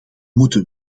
moeten